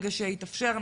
ברגע שיתאפשר,